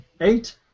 Eight